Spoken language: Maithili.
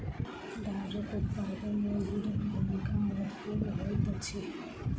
दारूक उत्पादन मे गुड़क भूमिका महत्वपूर्ण होइत अछि